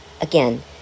again